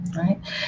right